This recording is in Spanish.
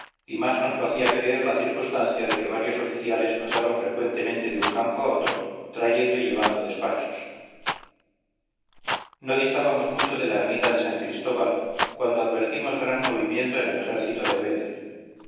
y más nos lo hacía creer lacircunstancia de que varios oficiales pasaron frecuentemente de un campo a otro trayendo y llevando despachos no distábamos mucho de la ermita de san cristóbal cuando advertimos gran movimiento en el ejército de vedel